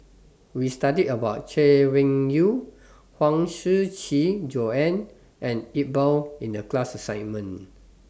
We studied about Chay Weng Yew Huang Shiqi Joan and Iqbal in The class assignment